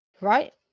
right